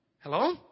Hello